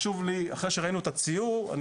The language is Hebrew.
אחרי שראינו את הציור,